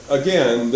again